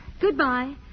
Goodbye